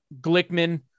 Glickman